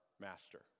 master